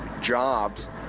jobs